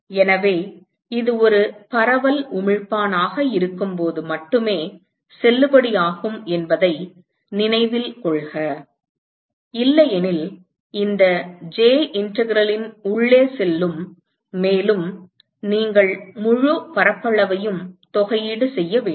எனவே இது ஒரு பரவல் உமிழ்ப்பான் ஆக இருக்கும்போது மட்டுமே செல்லுபடியாகும் என்பதை நினைவில் கொள்க இல்லையெனில் இந்த j இன்டெக்ரல் ன் உள்ளே செல்லும் மேலும் நீங்கள் முழு பரப்பளவையும் தொகையீடு செய்ய வேண்டும்